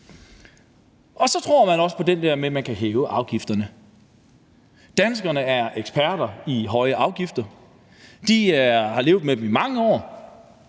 Så tror man også på den der med, at man kan hæve afgifterne. Men danskerne er eksperter i høje afgifter. De har levet med dem i mange år,